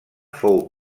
fou